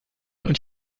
und